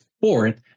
fourth